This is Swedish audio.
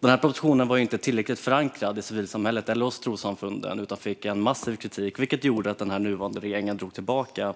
Propositionen var inte tillräckligt förankrad i civilsamhället eller hos trossamfunden utan fick massiv kritik, vilket gjorde att den nuvarande regeringen drog tillbaka